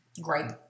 Great